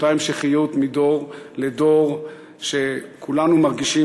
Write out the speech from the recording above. אותה המשכיות מדור לדור שכולנו מרגישים